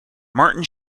martin